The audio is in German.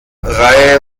reihe